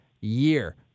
year